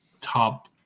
top